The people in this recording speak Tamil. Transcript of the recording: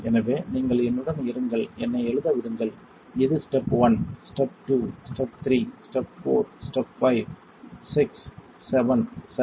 எனவே நீங்கள் என்னுடன் இருங்கள் என்னை எழுத விடுங்கள் இது step 1 step 2 step 3 step 4 step 5 6 ஏழு சரி